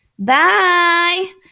Bye